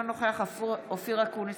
אינו נוכח אופיר אקוניס,